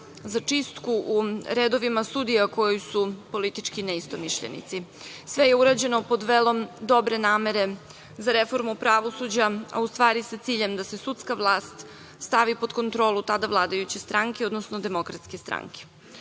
za čistku u redovima sudija koje su politički neistomišljenici. Sve je urađeno pod velom dobre namere za reformu pravosuđa, a u stvari sa ciljem da se sudska vlast stavi pod kontrolu tada vladajuće stranke, odnosno DS. Zbog toga je